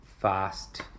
fast